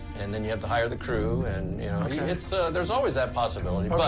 and then you have to hire the crew, and, you know it's there's always that possibility, but,